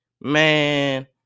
Man